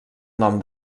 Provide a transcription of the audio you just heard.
nom